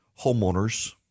homeowners